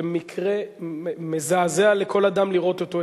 זה מקרה מזעזע לכל אדם לראות אותו,